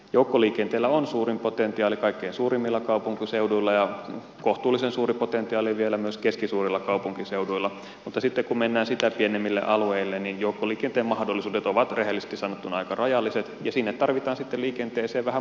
joukkoliikenteellä on suurin potentiaali kaikkein suurimmilla kaupunkiseuduilla ja kohtuullisen suuri potentiaali vielä keskisuurilla kaupunkiseuduilla mutta kun mennään sitä pienemmille alueille niin joukkoliikenteen mahdollisuudet ovat rehellisesti sanottuna aika rajalliset ja liikenteeseen tarvitaan vähän muunsorttisia ratkaisuja